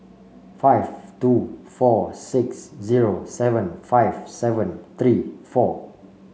five two four six zero seven five seven three four